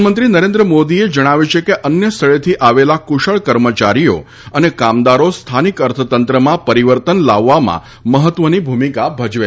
પ્રધાનમંત્રી નરેન્દ્ર મોદીએ જણાવ્યું છે કે અન્ય સ્થળેથી આવેલા કુશળ કર્મચારીઓ અને કામદારો સ્થાનિક અર્થતંત્રમાં પરિવર્તન લાવવામાં મહત્વની ભૂમિકા ભજવે છે